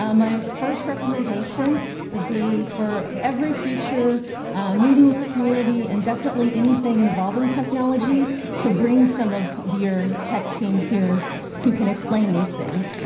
um my first recommendation would be for every future meeting with the community and definitely anything involving technology to bring some of your tech team here who can explain these things.